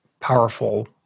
powerful